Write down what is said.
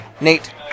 Nate